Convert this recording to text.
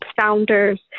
founders